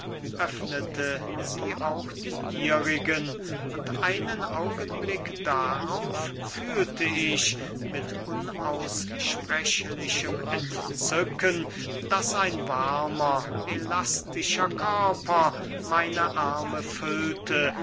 öffnete sie auch die ihrigen und einen augenblick darauf fühlte ich mit unaussprechlichem entzücken daß ein warmer elastischer körper meine arme füllte